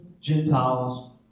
Gentiles